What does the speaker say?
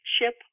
ship